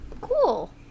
cool